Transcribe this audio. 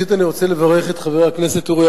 ראשית אני רוצה לברך את חבר הכנסת אורי